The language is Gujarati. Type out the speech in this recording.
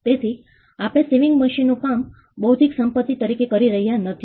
તેથી આપણે સીવીંગ મશીનનું કામ બૌદ્ધિક સંપત્તિ તરીકે કહી રહ્યા નથી